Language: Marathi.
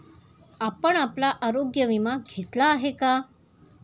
आपण आपला आरोग्य विमा घेतला आहे का?